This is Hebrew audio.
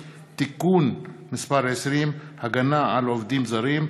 (תיקון מס' 20) (הגנה על עובדים זרים),